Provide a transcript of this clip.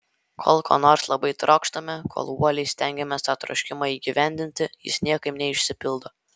kol ko nors labai trokštame kol uoliai stengiamės tą troškimą įgyvendinti jis niekaip neišsipildo